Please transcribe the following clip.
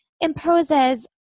imposes